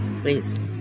please